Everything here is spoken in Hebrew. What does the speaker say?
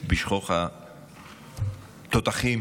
בשוך התותחים